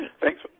Thanks